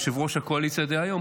יושב-ראש הקואליציה דהיום,